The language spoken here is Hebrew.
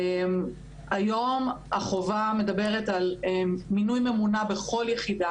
היום החובה מדוברת על מינוי ממונה בכל יחידה,